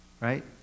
right